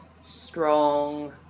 strong